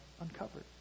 uncovered